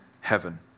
heaven